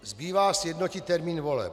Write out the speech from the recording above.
Zbývá sjednotit termín voleb.